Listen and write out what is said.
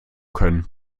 können